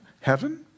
heaven